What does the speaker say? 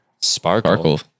Sparkle